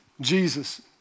Jesus